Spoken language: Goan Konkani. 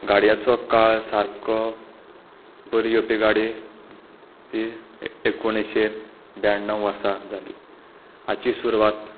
गाडयांचो काळ सारको बरी आपली गाडी ती एकुणशे ब्याणव वर्सा जाली हाची सुरवात